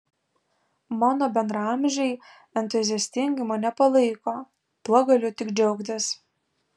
mano bendraamžiai entuziastingai mane palaiko tuo galiu tik džiaugtis